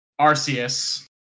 Arceus